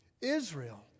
Israel